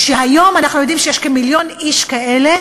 כשהיום אנחנו יודעים שיש כמיליון איש כאלה,